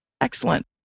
Excellent